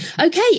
okay